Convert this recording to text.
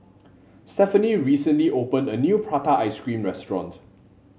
Stephany recently opened a new Prata Ice Cream restaurant